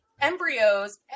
embryos